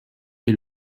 est